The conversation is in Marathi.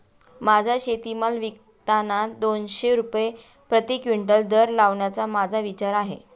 माझा शेतीमाल विकताना दोनशे रुपये प्रति क्विंटल दर लावण्याचा माझा विचार आहे